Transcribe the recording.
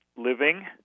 living